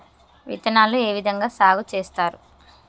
విత్తనాలు ఏ విధంగా సాగు చేస్తారు?